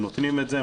הם נותנים את זה,